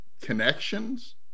connections